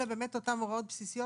אלה אותן הוראות בסיסיות